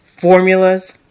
formulas